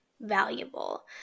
valuable